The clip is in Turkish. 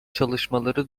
çalışmaları